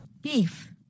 Beef